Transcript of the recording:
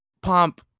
pomp